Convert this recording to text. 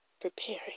Preparing